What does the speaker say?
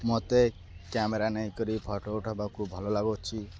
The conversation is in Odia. ମତେ କ୍ୟାମେରା ନେଇକରି ଫଟୋ ଉଠାଇବାକୁ ଭଲ ଲାଗୁଛି